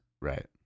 Right